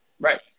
Right